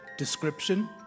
Description